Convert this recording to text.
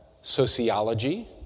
Sociology